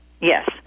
Yes